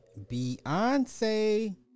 Beyonce